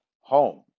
home